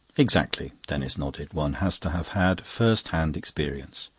exactly. denis nodded. one has to have had first-hand experience.